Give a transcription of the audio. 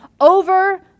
over